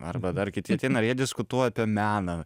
arba dar kiti ateina ir jie diskutuoja apie meną